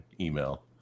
email